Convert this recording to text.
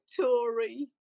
Tory